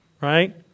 right